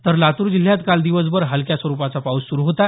तर लातूर जिल्ह्यात काल दिवसभर हलक्या स्वरुपाचा पाऊस सुरु होता